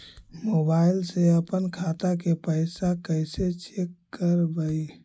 Mobile से अपन खाता के पैसा कैसे चेक करबई?